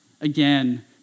again